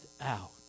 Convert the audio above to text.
out